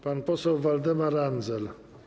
Pan poseł Waldemar Andzel.